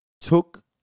took